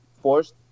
forced